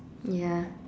ya